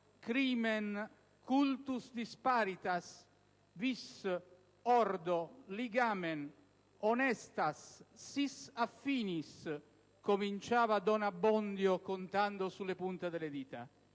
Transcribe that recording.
crimen, cultus disparitas, vis, ordo, ligamen, honestas, si sis affinis*,... - cominciava don Abbondio, contando sulla punta delle dita.